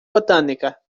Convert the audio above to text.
botánica